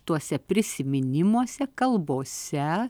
tuose prisiminimuose kalbose